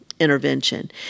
Intervention